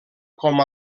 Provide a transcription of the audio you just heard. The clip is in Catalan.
com